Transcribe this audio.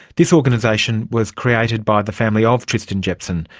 this organisation was created by the family ah of tristan jepson,